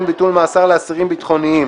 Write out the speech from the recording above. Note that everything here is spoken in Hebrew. - ביטול קיצור מאסר לאסירים ביטחוניים).